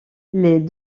les